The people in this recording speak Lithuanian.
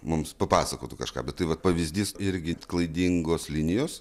mums papasakotų kažką bet tai vat pavyzdys irgi klaidingos linijos